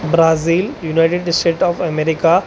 Brazil United States of America